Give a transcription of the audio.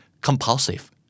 Compulsive